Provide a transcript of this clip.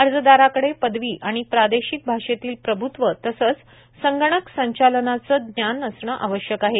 अर्जदाराकडे पदवी आणि प्रादेशिक भाषेतील प्रभूत्व तसंच संगणक संचालनाचं ज्ञान असणं आवश्यक आहे